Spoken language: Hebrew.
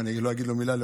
אני חייב להגיד לו מילה.